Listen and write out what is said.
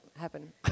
happen